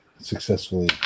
successfully